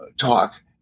talk